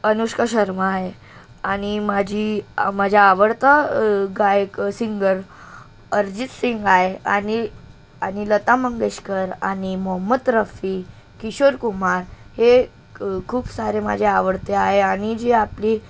अनुष्का शर्मा आहे आणि माझी माझ्या आवडता गायक सिंगर अर्जित सिंग आहे आणि आणि लता मंगेशकर आणि मोहम्मद रफी किशोर कुमार हे क खूप सारे माझे आवडते आहे आणि जे आपली